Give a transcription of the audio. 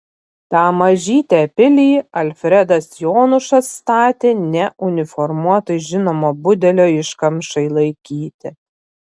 tą mažytę pilį alfredas jonušas statė ne uniformuotai žinomo budelio iškamšai laikyti